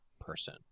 person